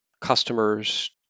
customers